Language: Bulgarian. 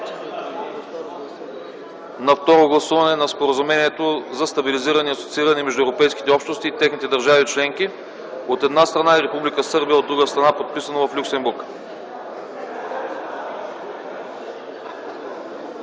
за ратифициране на Споразумението за стабилизиране и асоцииране между Европейските общности и техните държави членки, от една страна, и Република Сърбия, от друга страна Член единствен.